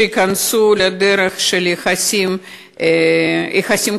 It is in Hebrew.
שייכנסו לדרך של יחסים כלכליים.